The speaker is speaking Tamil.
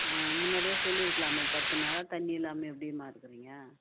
ஆ முன்னாடியே சொல்லியிருக்கலாமே பத்து நாளாக தண்ணி இல்லாமல் எப்படிம்மா இருக்குகிறீங்க